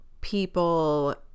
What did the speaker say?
people